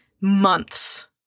Months